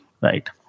Right